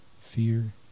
Fear